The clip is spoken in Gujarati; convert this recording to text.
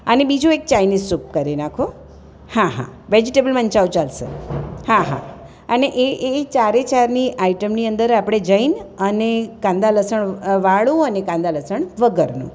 અને બીજું એક ચાઇનીઝ સૂપ કરી નાખો હા હા વેજીટેબલ મંચાઉ ચાલશે હા હા અને એ એ એ ચારે ચારની આઈટમની અંદર આપણે જૈન અને કાંદા લસણ વાળું અને કાંદા લસણ વગરનું